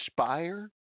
inspire